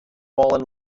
while